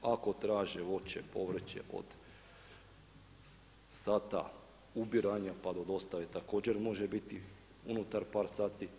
Ako traže voće, povrće od sata ubiranja pa do dostave također može biti unutar par sati.